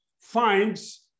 finds